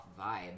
vibe